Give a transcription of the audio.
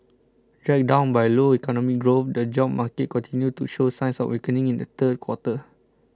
dragged down by low economic growth the job market continued to show signs of weakening in the third quarter